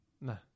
No